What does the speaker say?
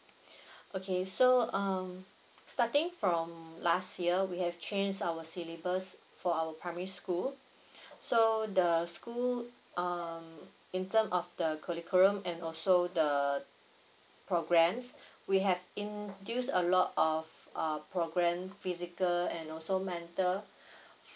okay so um starting from last year we have changed our syllabus for our primary school so the school um in terms of the curriculum and also the programmes we have induce a lot of uh programme physical and also mental